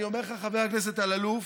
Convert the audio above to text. אני אומר לך, חבר הכנסת אלאלוף,